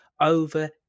over